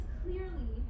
clearly